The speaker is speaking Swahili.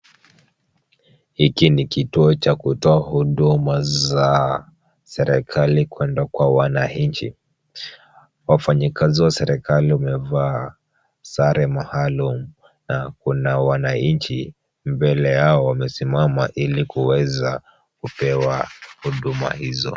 Hiki ni kituo cha kutoa huduma za serkali kwenda kwa wananchi. Wafanyi kazi wa serkali wamevaa zare maalum na kuna waanachi mbele yao wamesimama hili kuweza kupewa huduma hizo.